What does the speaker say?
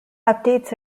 updates